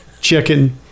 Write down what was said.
chicken